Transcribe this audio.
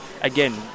again